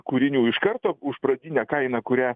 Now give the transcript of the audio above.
kūrinių iš karto už pradinę kainą kurią